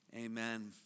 Amen